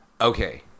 Okay